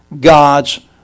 God's